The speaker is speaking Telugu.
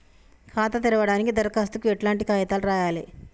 ఖాతా తెరవడానికి దరఖాస్తుకు ఎట్లాంటి కాయితాలు రాయాలే?